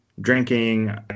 drinking